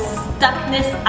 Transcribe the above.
stuckness